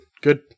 Good